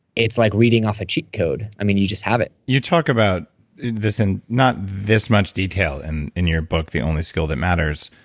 it's like reading off a cheat code. i mean, you just have it you talk about this in not this much detail and in your book, the only skill that matters.